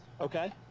Okay